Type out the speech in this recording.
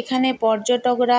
এখানে পর্যটকরা